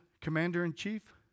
commander-in-chief